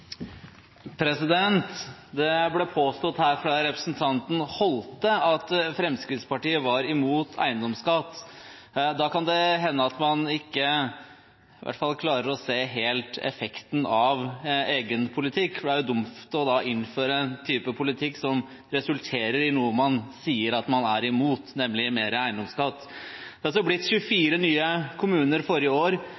Det ble påstått her, av representanten Tom E.B. Holthe, at Fremskrittspartiet er imot eiendomsskatt. Da kan det hende at man ikke helt klarer å se effekten av egen politikk, for da er det er jo dumt å innføre en type politikk som resulterer i noe man sier at man er imot, nemlig mer eiendomsskatt. Det ble altså 24 nye kommuner forrige år